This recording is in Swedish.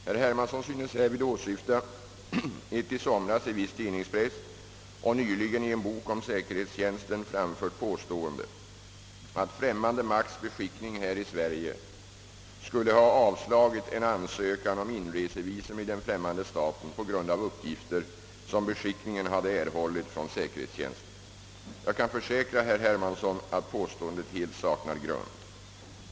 Herr Hermansson synes härvid åsyfta ett i somras i viss tidningspress och nyligen i en bok om säkerhetstjänsten framfört påstående att främmande makts beskickning här i Sverige skulle ha avskagit en ansökan om inresevisum i den främmande staten på grund av uppgifter som beskickningen hade erhållit från säkerhetstjänsten. Jag kan försäkra herr Hermansson att påståendet helt saknar grund.